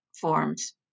forms